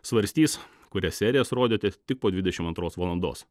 svarstys kurias serijas rodyti tik po dvidešim antros valandos